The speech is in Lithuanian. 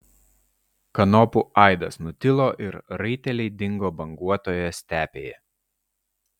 kanopų aidas nutilo ir raiteliai dingo banguotoje stepėje